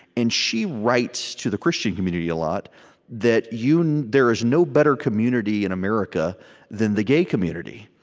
and she writes to the christian community a lot that you know there is no better community in america than the gay community,